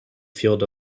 field